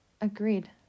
Agreed